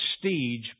prestige